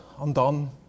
undone